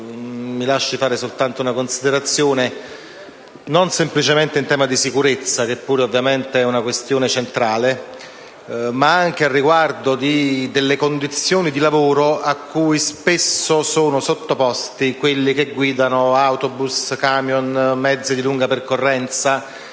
accade sulle strade italiane, non semplicemente in tema di sicurezza, che pure e una questione centrale, ma anche riguardo alle condizioni di lavoro cui spesso sono sottoposti coloro che guidano autobus, camion, mezzi di lunga percorrenza.